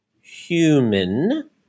human